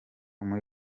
muri